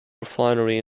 refinery